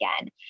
again